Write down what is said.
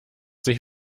sich